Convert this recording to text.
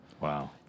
wow